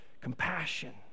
compassion